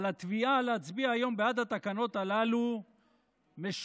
אבל התביעה להצביע היום בעד התקנות הללו משולה,